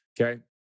Okay